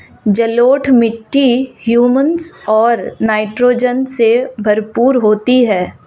जलोढ़ मिट्टी हृयूमस और नाइट्रोजन से भरपूर होती है